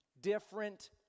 different